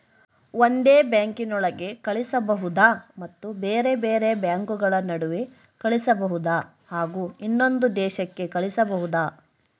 ಒಂದೇ ಬ್ಯಾಂಕಿನೊಳಗೆ ಕಳಿಸಬಹುದಾ ಮತ್ತು ಬೇರೆ ಬೇರೆ ಬ್ಯಾಂಕುಗಳ ನಡುವೆ ಕಳಿಸಬಹುದಾ ಹಾಗೂ ಇನ್ನೊಂದು ದೇಶಕ್ಕೆ ಕಳಿಸಬಹುದಾ?